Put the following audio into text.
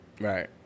Right